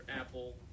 Apple